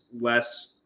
less